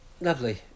lovely